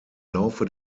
laufe